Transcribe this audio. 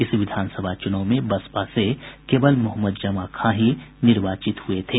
इस विधानसभा चुनाव में बसपा से केवल मोहम्मद जमां खां ही निर्वाचित हुए थे